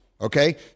okay